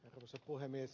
arvoisa puhemies